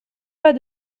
pas